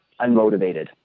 unmotivated